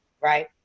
right